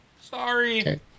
sorry